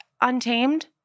Untamed